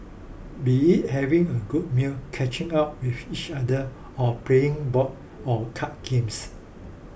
be having a good meal catching up with each other or playing board or card games